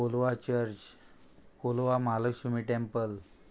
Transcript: Colva church Colva Mahalakshmi temple